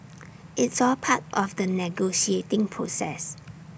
it's all part of the negotiating process